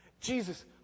Jesus